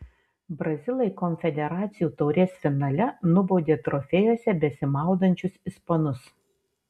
brazilai konfederacijų taurės finale nubaudė trofėjuose besimaudančius ispanus